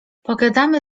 pogadamy